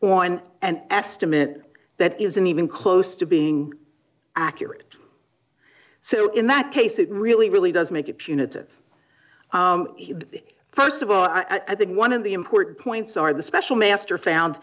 and and estimate that isn't even close to being accurate so in that case it really really does make it punitive first of all i think one of the important points are the special master found